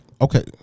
Okay